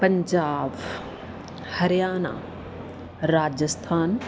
Punjab Haryana Rajasthan